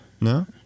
No